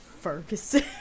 Ferguson